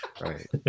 right